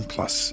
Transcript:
Plus